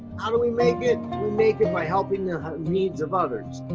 how do we make it? we make it by helping the needs of others.